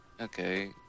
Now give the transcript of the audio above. Okay